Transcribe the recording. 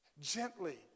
gently